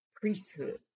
priesthood